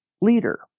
leader